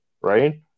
right